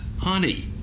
Honey